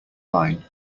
line